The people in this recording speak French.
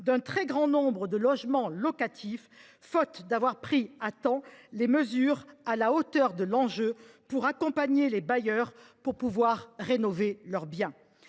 d’un très grand nombre de logements locatifs, faute d’avoir pris à temps les mesures à la hauteur de l’enjeu pour accompagner les bailleurs dans la rénovation de leur bien.